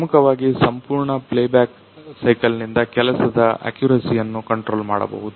ಪ್ರಮುಖವಾಗಿ ಸಂಪೂರ್ಣ play back ಸೈಕಲ್ನಿಂದ ಕೆಲಸದ ಅಕ್ಯುರಸಿಯನ್ನ ಕಂಟ್ರೋಲ್ ಮಾಡಬಹುದು